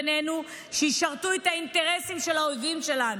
בינינו ישרתו את האינטרסים של האויבים שלנו,